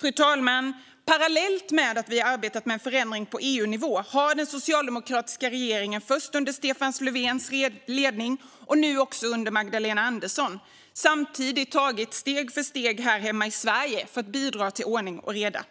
Fru talman! Parallellt med att vi arbetat på en förändring på EU-nivå har den socialdemokratiska regeringen, först under Stefan Löfvens ledning och nu också under Magdalena Anderssons, samtidigt tagit steg för steg här hemma i Sverige för att bidra till ordning och reda.